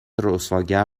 رسواگر